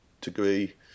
degree